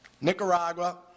Nicaragua